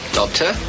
Doctor